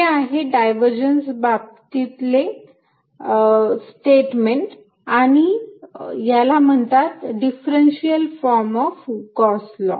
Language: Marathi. हे आहे डायव्हरजन्स बाबतीतले स्टेटमेंट आणि याला म्हणतात differential form of Gauss law